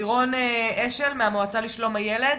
לירון אשל מהמועצה לשלום הילד.